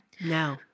No